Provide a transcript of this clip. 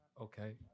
okay